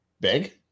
big